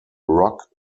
rock